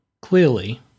clearly